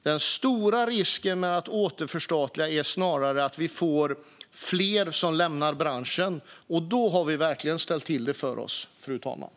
Den stora risken med att återförstatliga är snarare att vi får fler som lämnar branschen, och då har vi verkligen ställt till det för oss, fru talman.